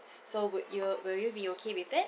so would you will you be okay with that